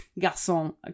garçon